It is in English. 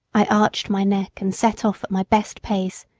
i arched my neck and set off at my best pace.